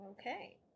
Okay